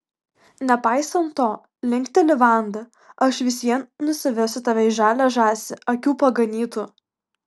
nepaisant to linkteli vanda aš vis vien nusivesiu tave į žalią žąsį akių paganytų